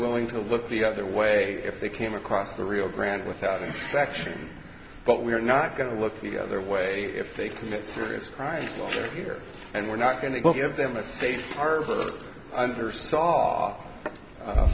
willing to look the other way if they came across the rio grande without action but we're not going to look the other way if they commit serious crimes here and we're not going to give them a safe harbor or saw